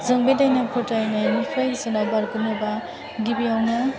जों बे दायना फोथायनायनिफ्राय जोंहा बारग'नोबा गिबियावनो